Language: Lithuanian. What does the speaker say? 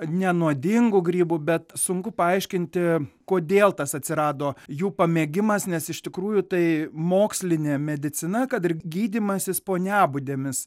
nenuodingų grybų bet sunku paaiškinti kodėl tas atsirado jų pamėgimas nes iš tikrųjų tai mokslinė medicina kad ir gydymasis poniabudėmis